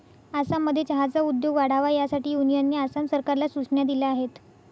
आसाममध्ये चहाचा उद्योग वाढावा यासाठी युनियनने आसाम सरकारला सूचना दिल्या आहेत